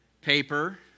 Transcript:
paper